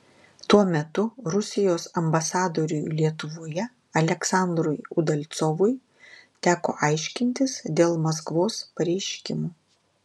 tuo metu rusijos ambasadoriui lietuvoje aleksandrui udalcovui teko aiškintis dėl maskvos pareiškimų